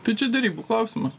tai čia derybų klausimas